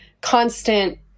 constant